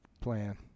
plan